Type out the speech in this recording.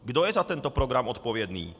Kdo je za tento program odpovědný?